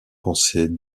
pensées